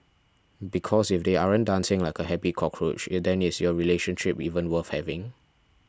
because if they aren't dancing like a happy cockroach then is your relationship even worth having